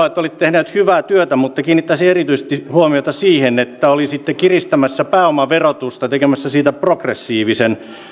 että olitte tehneet hyvää työtä mutta kiinnittäisin erityisesti huomiota siihen että olisitte kiristämässä pääomaverotusta ja tekemässä siitä progressiivisen